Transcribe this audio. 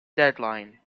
deadline